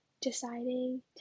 deciding